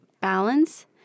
balance